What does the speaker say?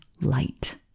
light